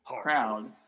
crowd